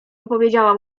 opowiedziała